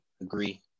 agree